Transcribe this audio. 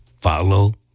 Follow